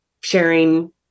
sharing